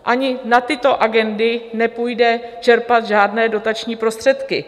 Ani na tyto agendy nepůjde čerpat žádné dotační prostředky.